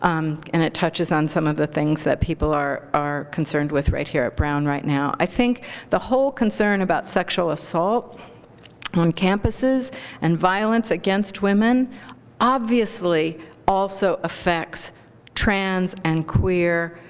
um and it touches on some of the things that people are are concerned with right here at brown right now. i think the whole concern about sexual assault on campuses and violence against women obviously also affects trans and queer,